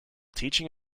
teaching